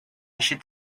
should